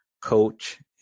coach